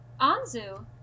Anzu